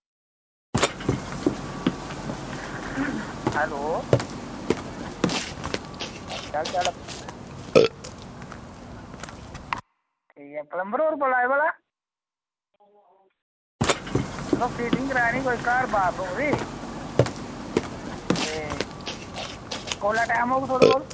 hello केह् हाल चाल ऐ म्हाराज ठीक ऐ प्लम्बर होर बोल्ला दे म्हाराज यरो फिटिंग करानी ही घर कोई बाथरूम दी ते कोलै टैम होग